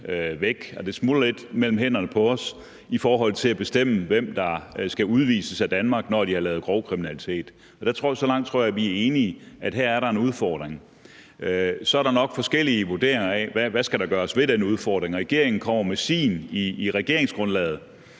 det smuldrer lidt imellem hænderne på os i forhold til at bestemme, hvem der skal udvises af Danmark, når de har lavet grov kriminalitet. Så langt tror jeg vi er enige, altså om, at her er der en udfordring. Så er der nok forskellige vurderinger af, hvad der skal gøres ved den udfordring. Regeringen kommer med sin i regeringsgrundlaget,